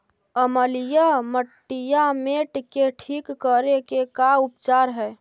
अमलिय मटियामेट के ठिक करे के का उपचार है?